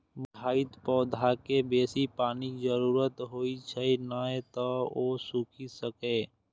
मुरझाइत पौधाकें बेसी पानिक जरूरत होइ छै, नै तं ओ सूखि सकैए